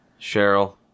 Cheryl